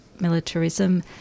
militarism